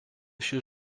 šis